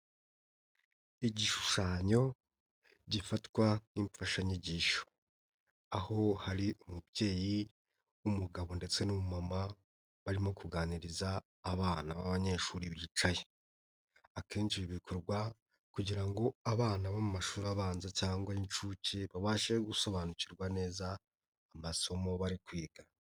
Igishushanyo gifatwa nk'imfashanyigisho, aho hari umubyeyi w'umugabo ndetse n'umumama barimo kuganiriza abana b'abanyeshuri bicaye, akenshi bikorwa kugira ngo abana bo mu mashuri abanza cyangwa inshuke babashe gusobanukirwa neza amasomo bari kwiga.